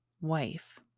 wife